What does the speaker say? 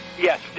yes